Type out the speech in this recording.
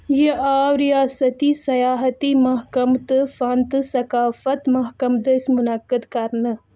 یہِ آو رِیاستی سیاحتی محكمہٕ تہٕ فن تہٕ ثقافت محكمہٕ دٔسۍ مُنعقد كَرنہٕ